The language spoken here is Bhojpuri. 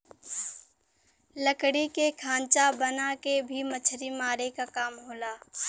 लकड़ी के खांचा बना के भी मछरी मारे क काम होला